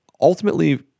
Ultimately